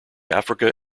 africa